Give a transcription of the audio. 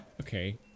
Okay